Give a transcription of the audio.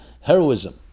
heroism